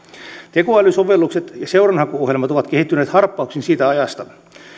tekoälysovellukset ja seuranhakuohjelmat ovat kehittyneet harppauksin siitä ajasta